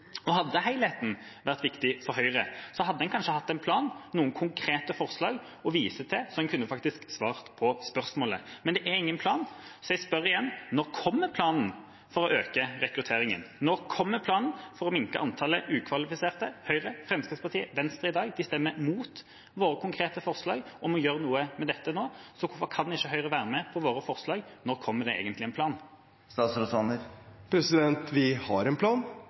Og hadde helheten vært viktig for Høyre, hadde en kanskje hatt en plan, noen konkrete forslag å vise til, slik at en faktisk kunne svart på spørsmålet. Men det er ingen plan. Så jeg spør igjen: Når kommer planen for å øke rekrutteringen? Når kommer planen for å minske antallet ukvalifiserte? Høyre, Fremskrittspartiet, Venstre – de stemmer i dag mot våre konkrete forslag om å gjøre noe med dette nå. Hvorfor kan ikke Høyre være med på våre forslag? Når kommer det egentlig en plan? Vi har en plan,